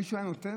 מישהו היה נותן,